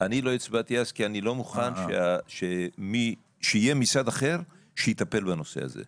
אני לא הצבעתי אז כי אני לא מוכן שיהיה משרד אחר שיטפל בנושא הזה.